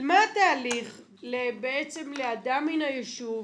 מה התהליך בעצם לאדם מן היישוב